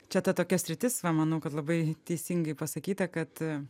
čia ta tokia sritis va manau kad labai teisingai pasakyta kad